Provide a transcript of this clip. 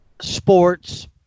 sports